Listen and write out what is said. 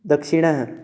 दक्षिणः